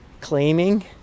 claiming